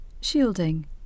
Shielding